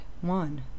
One